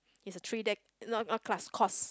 is a three day no not class course